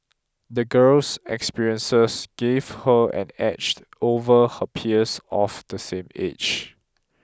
the girl's experiences gave her an edge over her peers of the same age